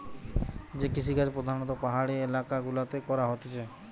যে কৃষিকাজ প্রধাণত পাহাড়ি এলাকা গুলাতে করা হতিছে